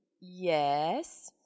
Yes